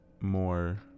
more